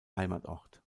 heimatort